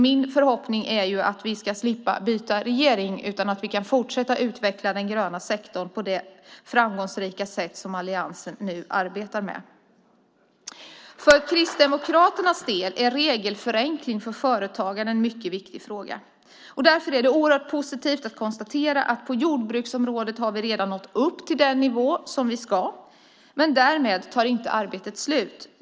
Min förhoppning är ju att vi ska slippa byta regering, utan att vi kan fortsätta utveckla den gröna sektorn på det framgångsrika sätt som alliansen nu arbetar på. För Kristdemokraternas del är regelförenkling för företag en mycket viktig fråga. Därför är det oerhört positivt att kunna konstatera att vi på jordbruksområdet redan nått upp till den nivå som vi ska till, men därmed tar arbetet inte slut.